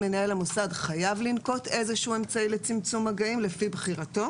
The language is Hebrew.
מנהל המוסד חייב לנקוט איזה שהוא אמצעי לצמצום מגעים לפי בחירתו